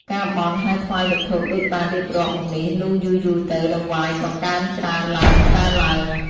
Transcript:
ការបន់ ហើយថ្វាយវត្ថុដូចបានរៀបរាប់មកនេះ លុះយូរៗទៅតង្វាយក៏កើនច្រើនឡើងៗ។